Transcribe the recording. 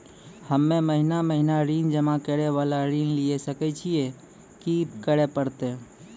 हम्मे महीना महीना ऋण जमा करे वाला ऋण लिये सकय छियै, की करे परतै?